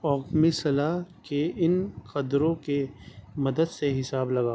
ohm's law کا ان قدروں کی مدد سے حساب لگاؤ